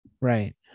Right